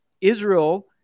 Israel